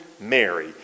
Mary